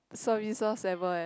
services ever eh